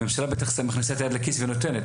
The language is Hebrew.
הממשלה בטח מכניסה את היד לכיס ונותנת.